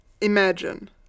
Imagine